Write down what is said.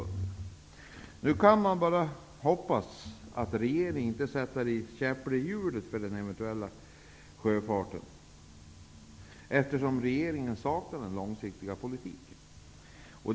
Nu kan man bara hoppas att regeringen inte, på grund av att den saknar en långsiktig politik, sätter käppar i hjulen för denna omflaggning.